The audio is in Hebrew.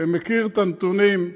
ומכיר את הנתונים.